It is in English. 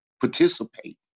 Participate